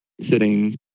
sitting